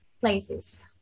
places